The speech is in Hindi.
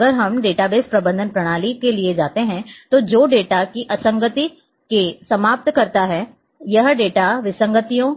अगर हम डेटाबेस प्रबंधन प्रणाली के लिए जाते हैं तो जो डेटा की असंगति को समाप्त करता है यह डेटा विसंगतियों